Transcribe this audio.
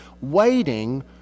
waiting